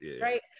Right